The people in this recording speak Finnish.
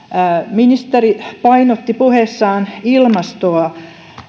ministeri painotti puheessaan ilmastoa